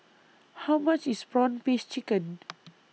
How much IS Prawn Paste Chicken